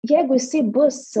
jeigu jisai bus